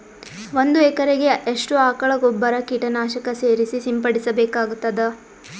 ಒಂದು ಎಕರೆಗೆ ಎಷ್ಟು ಆಕಳ ಗೊಬ್ಬರ ಕೀಟನಾಶಕ ಸೇರಿಸಿ ಸಿಂಪಡಸಬೇಕಾಗತದಾ?